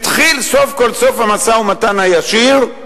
התחיל סוף כל סוף המשא-ומתן הישיר,